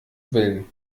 willen